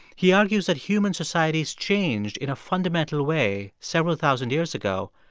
he argues that human societies changed in a fundamental way several thousand years ago,